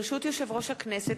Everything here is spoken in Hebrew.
ברשות יושב-ראש הכנסת,